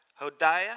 Hodiah